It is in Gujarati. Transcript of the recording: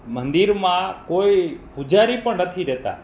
મંદિરમાં કોઈ પૂજારી પણ નથી રહેતા